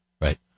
Right